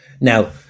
Now